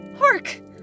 Hark